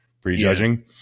pre-judging